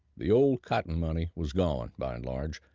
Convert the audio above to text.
the old cotton money was gone, by and large.